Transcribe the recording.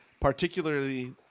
particularly